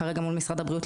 כרגע מול משרד הבריאות,